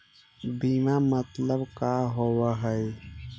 बीमा मतलब का होव हइ?